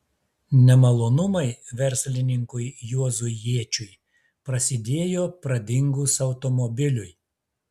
nemalonumai verslininkui juozui jėčiui prasidėjo pradingus automobiliui